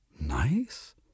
Nice